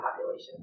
population